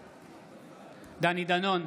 בעד דני דנון,